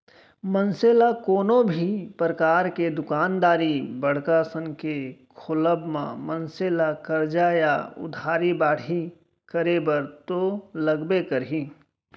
मनसे ल कोनो भी परकार के दुकानदारी बड़का असन के खोलब म मनसे ला करजा या उधारी बाड़ही करे बर तो लगबे करही